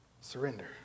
Surrender